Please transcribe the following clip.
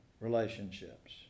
relationships